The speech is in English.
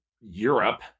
Europe